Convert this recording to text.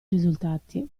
risultati